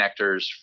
connectors